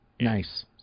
Nice